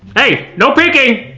hey, no peeking!